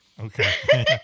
Okay